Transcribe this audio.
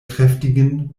kräftigen